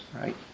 right